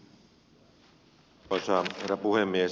arvoisa herra puhemies